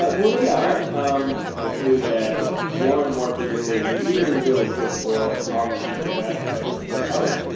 but they are. um it's a food that more and more people say is really, really good for all kinds of aspects of your health.